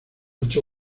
ocho